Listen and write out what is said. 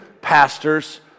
pastors